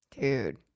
Dude